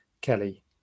Kelly